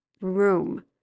room